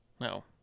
no